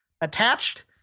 attached